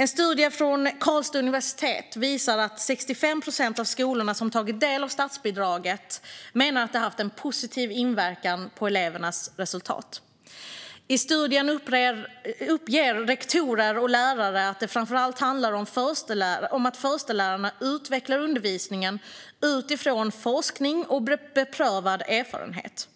En studie från Karlstads universitet visar att 65 procent av skolorna som tagit del av statsbidraget menar att det har haft en positiv inverkan på elevernas resultat. I studien uppger rektorer och lärare att det framför allt handlar om att förstelärarna utvecklar undervisningen utifrån forskning och beprövad erfarenhet